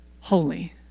holy